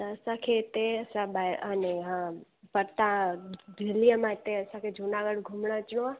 त असांखे इते असां ॿाहिरि अने हा पर तव्हां दिल्लीअ मां हिते असांखे जूनागढ़ घुमणु अचिणो आहे